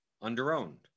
under-owned